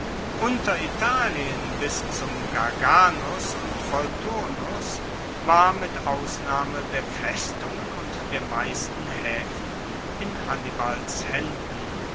unteritalien bis zum garganus und volturnus war mit ausnahme der festungen und der meisten haefen in hannibals haenden